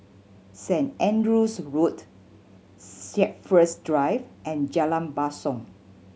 Saint Andrew's Road Shepherds Drive and Jalan Basong